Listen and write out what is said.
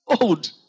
old